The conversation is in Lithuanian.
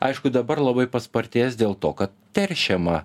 aišku dabar labai paspartėjęs dėl to kad teršiama